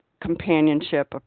companionship